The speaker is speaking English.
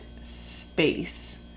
space